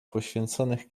poświęconych